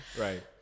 Right